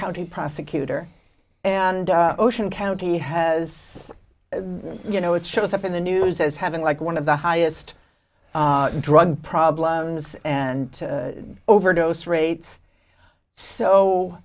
county prosecutor and ocean county has you know it shows up in the news as having like one of the highest drug problems and overdose rates so